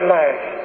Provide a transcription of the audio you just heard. life